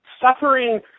suffering